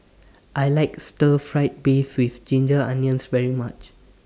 I like Stir Fried Beef with Ginger Onions very much